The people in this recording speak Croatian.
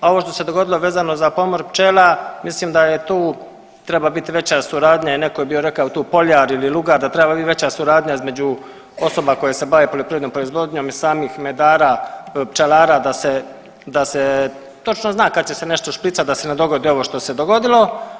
A ovo što se dogodilo vezano za pomor pčela mislim da je tu, treba biti veća suradnja i netko je bio rekao tu poljar ili lugar da treba biti veća suradnja između osoba koje se bave poljoprivrednom proizvodnjom i samih medara, pčelara da se, da se točno zna kad će se nešto špricati da se ne godi ovo što se dogodilo.